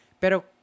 Pero